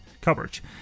coverage